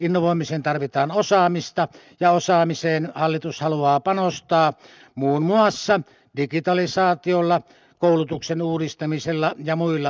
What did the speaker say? innovoimiseen tarvitaan osaamista ja osaamiseen hallitus haluaa panostaa muun muassa digitalisaatiolla koulutuksen uudistamisella ja muilla kärkihankkeilla